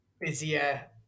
busier